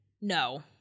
No